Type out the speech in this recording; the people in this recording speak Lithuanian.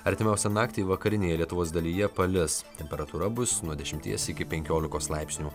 artimiausią naktį vakarinėje lietuvos dalyje palis temperatūra bus nuo dešimties iki penkiolikos laipsnių